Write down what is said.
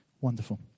Wonderful